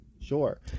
sure